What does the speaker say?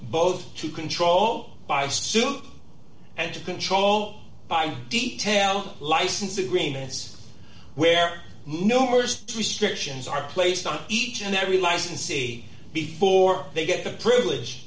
both to control by suit and to control by detail license agreements where no murders restrictions are placed on each and every licensee before they get the privilege